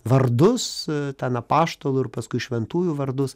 vardus ten apaštalų ir paskui šventųjų vardus